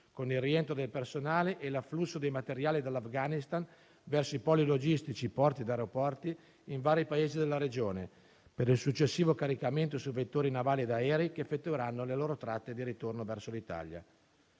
con il rientro del personale e l'afflusso dei materiali dall'Afghanistan verso i poli logistici (porti e aeroporti) in vari Paesi della regione, per il successivo caricamento su vettori navali e aerei che effettueranno le loro tratte di ritorno verso l'Italia.